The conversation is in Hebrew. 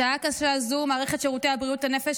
בשעה קשה זו, מערכת שירותי בריאות הנפש,